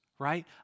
Right